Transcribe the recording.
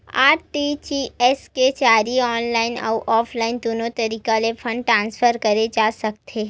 RTGS के जरिए online अउ ऑफलाइन दुनो तरीका ले फंड ट्रांसफर करे जा सकथे